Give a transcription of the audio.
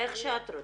איך שאת רוצה.